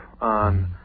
on